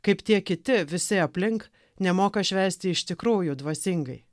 kaip tie kiti visi aplink nemoka švęsti iš tikrųjų dvasingai